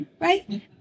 right